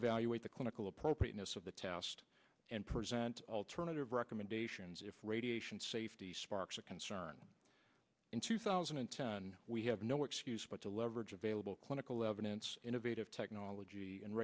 evaluate the clinical appropriateness of the test and present alternative recommendations if radiation safety sparks a concern in two thousand and ten we have no excuse but to leverage available clinical evidence innovative technology and